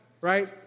right